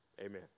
Amen